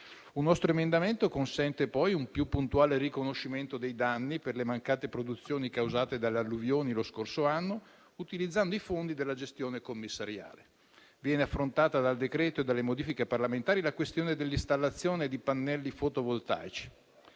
Un nostro emendamento consente poi un più puntuale riconoscimento dei danni per le mancate produzioni causate dalle alluvioni lo scorso anno, utilizzando i fondi della gestione commissariale. Viene affrontata dal decreto-legge e dalle modifiche parlamentari la questione dell'installazione di pannelli fotovoltaici